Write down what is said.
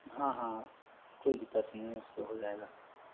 हाँ हाँ कोई दिक्कत नहीं है उससे हो जाएगा